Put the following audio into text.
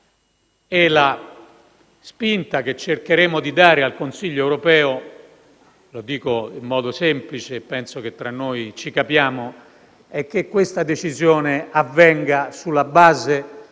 La spinta che cercheremo di dare al Consiglio europeo - lo dico in modo semplice e penso che tra noi ci capiamo - è che questa decisione avvenga sulla base